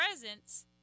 presence